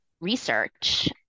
research